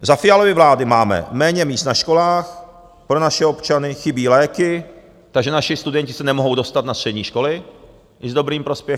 Za Fialovy vlády máme méně míst na školách pro naše občany, chybí léky, takže naši studenti se nemohou dostat na střední školy i s dobrým prospěchem.